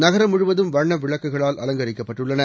நகரம் முழுவதும் வண்ண விளக்குகளால் அலங்கரிக்கப்பட்டுள்ளன